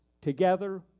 together